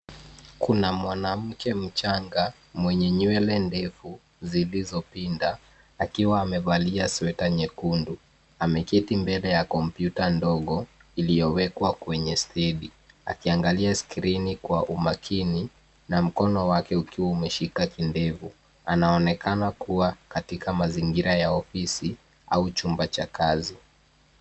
Kuna mwanamke mchanga mwenye nywele ndefu zilizopinda akiwa amevalia sweta nyekundu ameketi mbele ya kompyuta ndogo iliyowekwa kwenye stendi akiangalia skrini kwa umakini na mkono wake ukiwa umeshika kidevu. Anaonekana kuwa katika mazingira ya ofisi au chumba cha kazi.